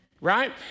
Right